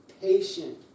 patient